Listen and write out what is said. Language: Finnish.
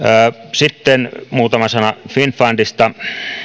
sitten muutama sana finnfundista